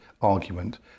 argument